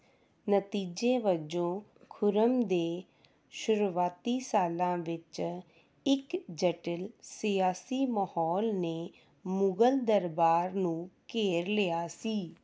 ਨਤੀਜੇ ਵਜੋਂ ਖੁਰਮ ਦੇ ਸ਼ੁਰੂਆਤੀ ਸਾਲਾਂ ਵਿੱਚ ਇੱਕ ਜਟਿਲ ਸਿਆਸੀ ਮਾਹੌਲ ਨੇ ਮੁਗ਼ਲ ਦਰਬਾਰ ਨੂੰ ਘੇਰ ਲਿਆ ਸੀ